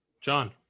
john